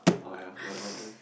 oh ya wait wait wait